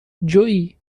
جویی